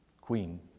Queen